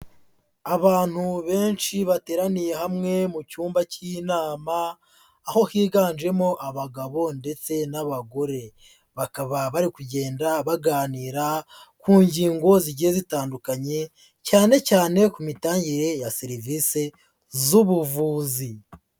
Abantu benshi bateraniye hamwe mu cyumba cy'inama, aho higanjemo abagabo ndetse n'abagore, bakaba bari kugenda baganira ku ngingo zigiye zitandukanye cyane cyane ku mitangire ya serivisi z'ubuvuzi.